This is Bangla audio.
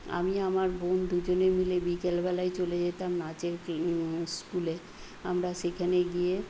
আমি আমার বোন দুজনে মিলে বিকেলবেলায় চলে যেতাম নাচের স্কুলে আমরা সেখানে গিয়ে